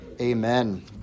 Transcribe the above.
amen